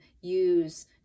use